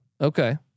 Okay